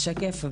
אז יש פה בעיה,